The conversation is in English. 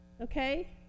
okay